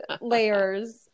layers